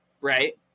right